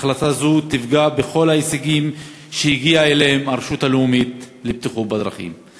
החלטה זו תפגע בכל ההישגים שהרשות הלאומית לבטיחות בדרכים הגיעה אליהם.